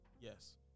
Yes